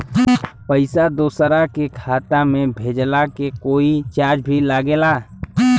पैसा दोसरा के खाता मे भेजला के कोई चार्ज भी लागेला?